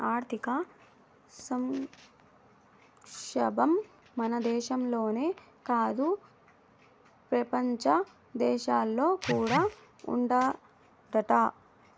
ఆర్థిక సంక్షోబం మన దేశంలోనే కాదు, పెపంచ దేశాల్లో కూడా ఉండాదట